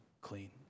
clean